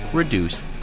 Reduce